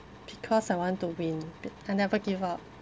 because I want to win be~ I never give up